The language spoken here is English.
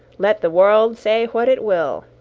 let the world say what it will,